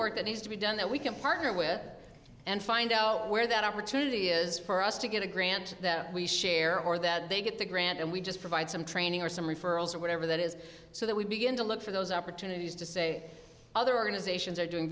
work that needs to be done that we can partner with and find out where that opportunity is for us to get a grant that we share or that they get the grant and we just provide some training or some referrals or whatever that is so that we begin to look for those opportunities to say other organizations are doing